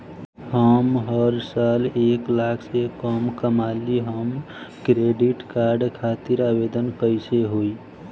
हम हर साल एक लाख से कम कमाली हम क्रेडिट कार्ड खातिर आवेदन कैसे होइ?